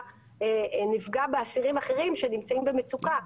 נפגע באסירים אחרים שנמצאים במצוקה.